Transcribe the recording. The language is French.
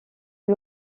lui